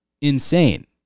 insane